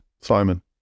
Simon